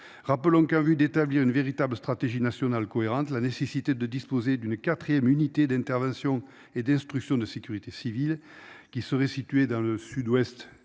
Rappelons qu'en vue d'établir une véritable stratégie nationale cohérente, la nécessité de disposer d'une 4ème, unité d'intervention et d'instruction de sécurité civile qui serait situé dans le sud-ouest du pays,